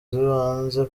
z’ibanze